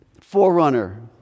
forerunner